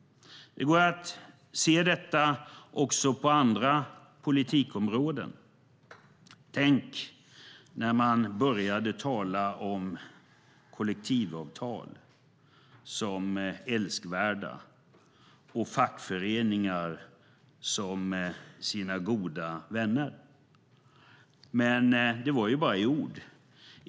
Man kan se detta också på andra politikområden. Tänk, när man började tala om kollektivavtal som älskvärda och fackföreningar som sina goda vänner. Det var bara i ord.